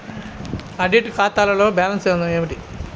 Audit ఖాతాలో balance ఏమిటీ?